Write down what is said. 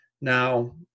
Now